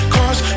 Cause